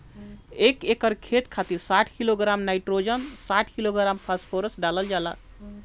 एक एकड़ खेत खातिर साठ किलोग्राम नाइट्रोजन साठ किलोग्राम फास्फोरस डालल जाला?